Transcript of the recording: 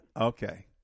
Okay